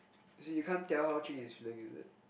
as in you can't tell how Jun-Yi is feeling is it